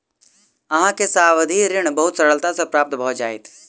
अहाँ के सावधि ऋण बहुत सरलता सॅ प्राप्त भ जाइत